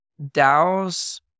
DAOs